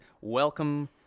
welcome